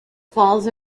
falls